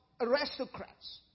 aristocrats